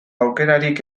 aukerarik